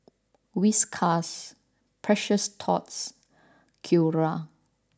Whiskas Precious Thots Acura